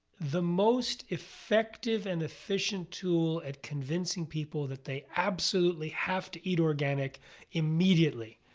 the most effective and efficient tool at convincing people that they absolutely have to eat organic immediately.